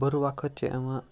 بُرٕ وقت چھِ یِوان